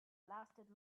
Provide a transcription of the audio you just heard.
lasted